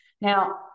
Now